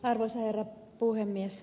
arvoisa herra puhemies